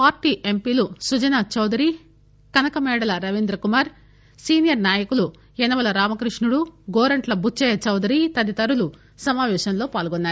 party ఎంపీలు Sujana Chowdary Kanakamedala Ravindrakumar senior నాయకులు యనమల రామకృష్షుడు గోరంట్ల బుచ్చయ్య చౌదరి తదితరులు సమాపేశంలో పాల్గొన్నారు